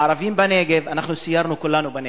הערבים בנגב, אנחנו סיירנו כולנו בנגב,